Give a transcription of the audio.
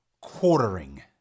quartering